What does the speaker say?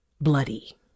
bloody